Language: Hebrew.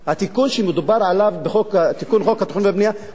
התיקון שמדובר עליו בתיקון חוק התכנון והבנייה הוא לא